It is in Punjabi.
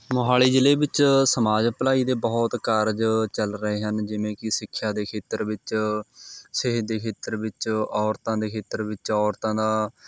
ਮੋਹਾਲੀ ਜ਼ਿਲ੍ਹੇ ਵਿੱਚ ਸਮਾਜ ਭਲਾਈ ਦੇ ਬਹੁਤ ਕਾਰਜ ਚੱਲ ਰਹੇ ਹਨ ਜਿਵੇਂ ਕਿ ਸਿੱਖਿਆ ਦੇ ਖੇਤਰ ਵਿੱਚ ਸਿਹਤ ਦੇ ਖੇਤਰ ਵਿੱਚ ਔਰਤਾਂ ਦੇ ਖੇਤਰ ਵਿੱਚ ਔਰਤਾਂ ਦਾ